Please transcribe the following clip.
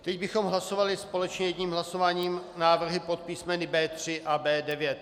Teď bychom hlasovali společně jedním hlasováním návrhy pod písmeny B3 a B9.